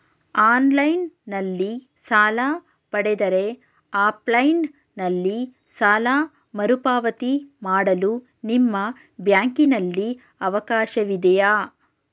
Online ನಲ್ಲಿ ಸಾಲ ಪಡೆದರೆ ಆಫ್ಲೈನ್ ನಲ್ಲಿ ಸಾಲ ಮರುಪಾವತಿ ಮಾಡಲು ನಿಮ್ಮ ಬ್ಯಾಂಕಿನಲ್ಲಿ ಅವಕಾಶವಿದೆಯಾ?